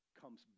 comes